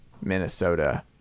Minnesota